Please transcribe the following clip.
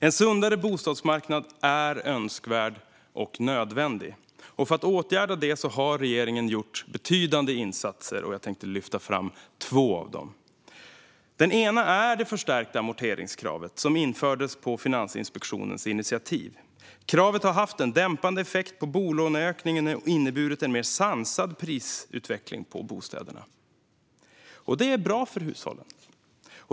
En sundare bostadsmarknad är önskvärd och nödvändig. För att åtgärda problemen har regeringen gjort betydande insatser, och jag tänker lyfta fram två av dem. Den ena är det förstärkta amorteringskravet, som infördes på Finansinspektionens initiativ. Kravet har haft en dämpande effekt på bolåneökningen och inneburit en mer sansad prisutveckling på bostäderna, vilket är bra för hushållen.